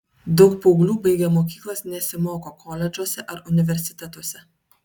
daug paauglių baigę mokyklas nesimoko koledžuose ar universitetuose